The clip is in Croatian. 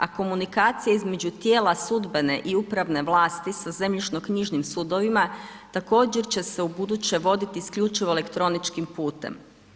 A komunikacija između tijela sudbene i upravne vlasti sa zemljišno knjižnim sudovima, također će se ubuduće voditi isključivo elektroničkim putem.